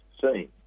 seen